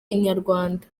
inyarwanda